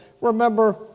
remember